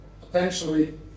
potentially